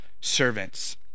servants